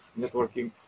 networking